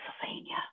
Pennsylvania